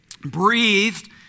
breathed